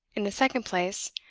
in the second place,